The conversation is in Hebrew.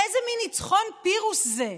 איזה מין ניצחון פירוס זה?